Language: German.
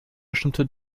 bestimmte